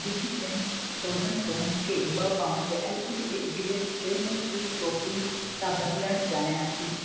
मां Big Sam's frozen prawns खे ॿ pouch Alpenliebe eclairs caramel chewy toffee सां बदिलण चाहियां थी